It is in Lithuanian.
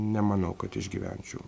nemanau kad išgyvenčiau